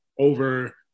over